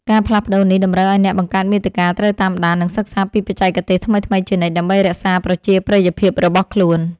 ការផ្លាស់ប្តូរនេះតម្រូវឱ្យអ្នកបង្កើតមាតិកាត្រូវតាមដាន និងសិក្សាពីបច្ចេកទេសថ្មីៗជានិច្ច ដើម្បីរក្សាប្រជាប្រិយភាពរបស់ខ្លួន។